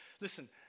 listen